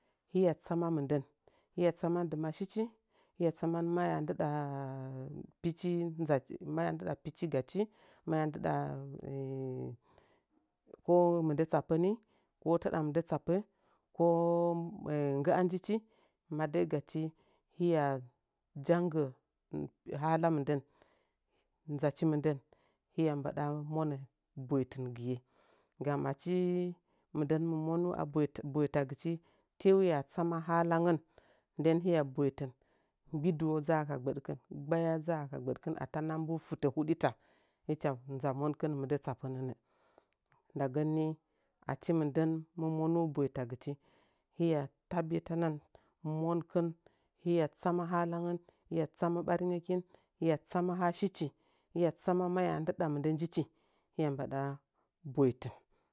Hɨya tsama mɨndən, hiya tsama dɨma shichi, hiya tsama maya ndɨda pichi nzachi manya ndɨda pichi gadchi manya ndɨda ko mɨndə tsapə ni ko tɨɗa mɨndə tsapə ko ngga nji chi ma də’ə gachi hiya nun gə hala mɨn dən znəchi mɨndən hiya mbada monə boitingiye aggam achi mɨndən mi monu “aboitach – boitagɨchi tiiuya tsama halangən den hiya boitɨn ngbidɨwo dzaa ka gbəɗkɨn gbaya dzana ka gbəɗkɨn atana mbu fɨtə huɗita hɨcha nza monkɨn mɨndə tsapə nɨn nda gən nii achi mɨndən mɨ monu boitagɨchi hiya tabbitan monkɨn hiya tsama halangən hiya tsama ɓaringəkin, biya tsama haa shi chi hiya tsama maya ndɨɗa mɨndə njichi hiya mbaɗa boitɨn.